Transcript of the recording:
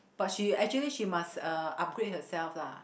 but she actually she must uh upgrade herself lah